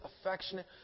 affectionate